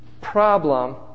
problem